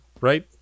right